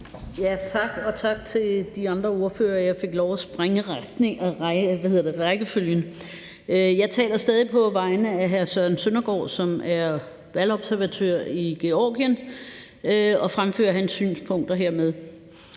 Tak. Og tak til de andre ordførere for, at jeg fik lov til at springe i rækkefølgen. Jeg taler stadig på vegne af hr. Søren Søndergaard, som er valgobservatør i Georgien, og fremfører hermed hans synspunkter.